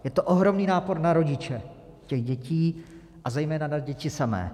Je to ohromný nápor na rodiče dětí a zejména na děti samé.